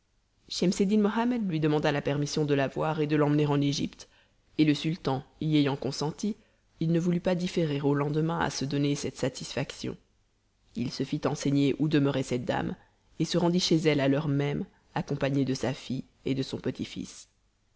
mohammed lui demanda la permission de la voir et de l'emmener en égypte et le sultan y ayant consenti il ne voulut pas différer au lendemain à se donner cette satisfaction il se fit enseigner où demeurait cette dame et se rendit chez elle à l'heure même accompagné de sa fille et de son petit-fils